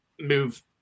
move